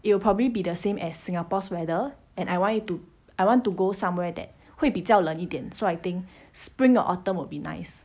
it will probably be the same as singapore's weather and I want it to I want to go somewhere that 会比较冷一点 so I think spring or autumn would be nice